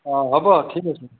অঁ হ'ব ঠিক আছে